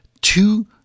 two